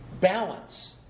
balance